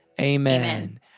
Amen